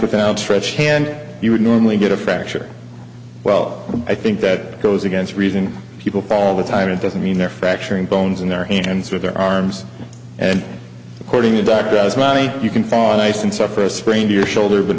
with outstretched hand you would normally get a fracture well i think that goes against reason people for all the time it doesn't mean they're fracturing bones in their hands with their arms and according to dr oz manny you can fall on ice and suffer a sprained your shoulder but